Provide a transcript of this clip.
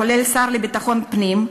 כולל השר לביטחון פנים,